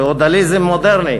פיאודליזם מודרני,